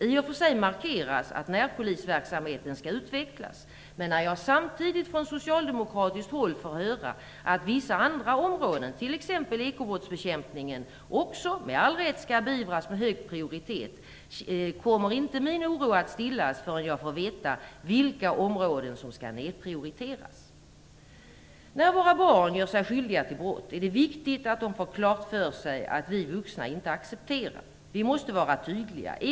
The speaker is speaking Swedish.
I och för sig markeras att närpolisverksamheten skall utvecklas, men när jag samtidigt får höra från socialdemokratiskt håll att vissa andra områden, t.ex. ekobrottsbekämpningen, också med all rätt skall beivras med hög prioritet kommer inte min oro att stillas förrän jag får veta vilka områden som skall nedprioriteras. När våra barn gör sig skyldiga till brott är det viktigt att de får klart för sig att vi vuxna inte accepterar det. Vi måste vara tydliga.